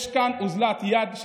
זה שיש כאן אוזלת יד,